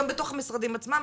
גם בתוך המשרדים עצמם,